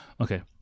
Okay